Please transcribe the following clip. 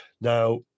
Now